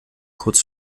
kurz